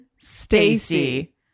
Stacy